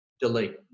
delete